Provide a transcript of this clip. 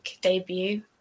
debut